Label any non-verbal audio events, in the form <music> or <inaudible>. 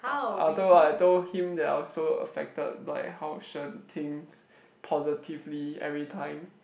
although I told him that I was so affected by how Shen thinks <noise> positively every time